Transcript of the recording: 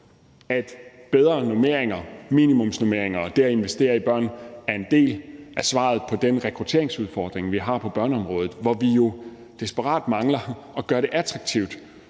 at minimumsnormeringer og det at investere i børn er en del af svaret på den rekrutteringsudfordring, vi har på børneområdet, hvor vi jo desperat mangler at gøre det attraktivt